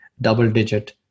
double-digit